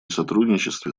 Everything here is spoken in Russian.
сотрудничестве